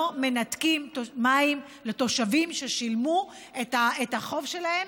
לא מנתקים מים לתושבים ששילמו את החוב שלהם,